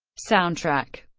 soundtrack